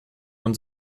und